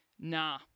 nah